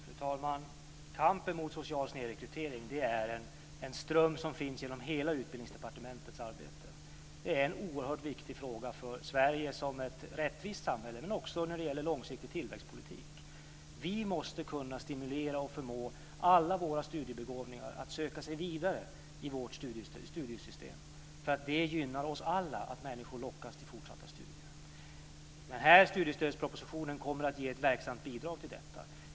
Fru talman! Kampen mot social snedrekrytering är en ström som finns inom hela Utbildningsdepartementets arbete. Det är en oerhört viktig fråga för Sverige som ett rättvist samhälle men också när det gäller långsiktig tillväxtpolitik. Vi måste kunna stimulera och förmå alla våra studiebegåvningar att söka sig vidare i vårt studiesystem, eftersom det gynnar oss alla att människor lockas till fortsatta studier. Den här studiestödspropositionen kommer att ge ett verksamt bidrag till detta.